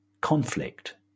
conflict